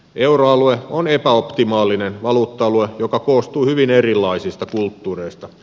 euroalue on epäoptimaalinen valuutta alue joka koostuu hyvin erilaisista kulttuureista